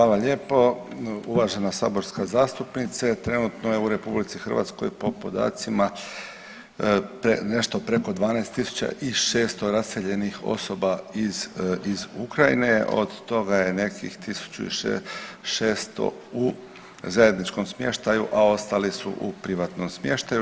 Hvala lijepo uvažena saborska zastupnice, trenutno je u RH po podacima nešto preko 12.600 raseljenih osoba iz, iz Ukrajine, od toga je nekih 1.600 u zajedničkom smještaju, a ostali su u privatnom smještaju.